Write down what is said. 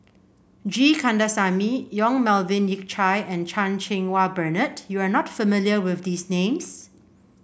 G Kandasamy Yong Melvin Yik Chye and Chan Cheng Wah Bernard you are not familiar with these names